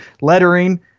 lettering